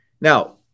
now